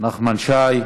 נחמן שי,